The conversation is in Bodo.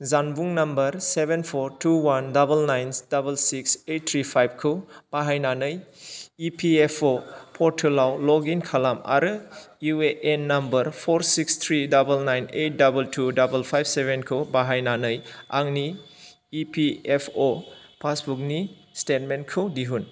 जानबुं number seven four two one double nine double six eight three five खौ बाहायनानै इ पि एफ अ पर्टेलयाव लग इन खालाम आरो U A N number four six three double nine eight double two double five seven खौ बाहायनानै आंनि इ पि एफ अ पासबुकनि सिटेटमेन्टखौ दिहुन